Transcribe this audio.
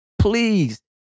Please